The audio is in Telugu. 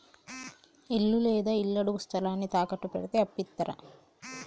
ఇల్లు లేదా ఇళ్లడుగు స్థలాన్ని తాకట్టు పెడితే అప్పు ఇత్తరా?